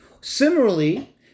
Similarly